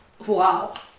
Wow